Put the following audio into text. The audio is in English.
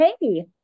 Hey